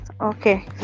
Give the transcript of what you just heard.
Okay